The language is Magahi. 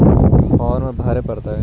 फार्म भरे परतय?